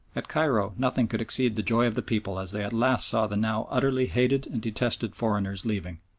at cairo nothing could exceed the joy of the people as they at last saw the now utterly hated and detested foreigners leaving.